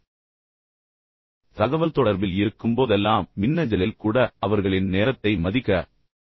நீங்கள் ஒரு தகவல்தொடர்பில் இருக்கும்போதெல்லாம் மின்னஞ்சலில் கூட நினைவில் கொள்ளுங்கள் அவர்களின் நேரத்தை மதிக்க வேண்டும் என்று நான் சொன்னேன்